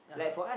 (uh huh)